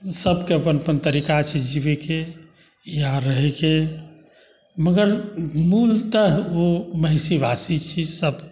सभके अपन अपन तरीका छै जीवैके या रहैके मगर मूलतः ओ महिषीवासी छी सभ